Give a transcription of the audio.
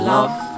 Love